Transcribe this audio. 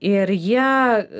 ir jie